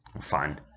Fine